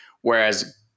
Whereas